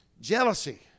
jealousy